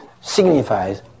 signifies